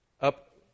up